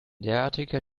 derartiger